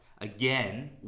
again